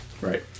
Right